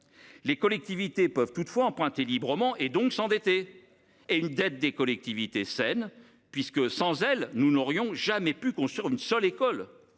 Les collectivités peuvent toutefois emprunter librement, donc s’endetter – une dette saine, puisque, sans elle, nous n’aurions jamais pu construire une seule école